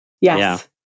Yes